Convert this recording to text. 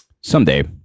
someday